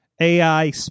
AI